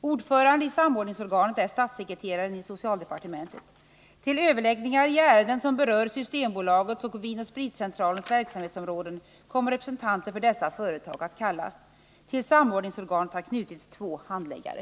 Ordförande i samordningsorganet är statssekreteraren i socialdepartementet. Till överläggningar i ärenden som berör Systembolagets och Vinoch Spritcentralens verksamhetsområden kommer representanter för dessa företag att kallas. Till samordningsorganet har knutits två handläggare.